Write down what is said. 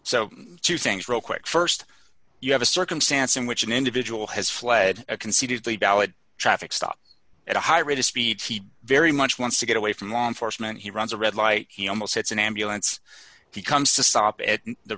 so two things real quick st you have a circumstance in which an individual has fled a concededly valid traffic stop at a high rate of speed he very much wants to get away from law enforcement he runs a red light he almost hits an ambulance he comes to stop at the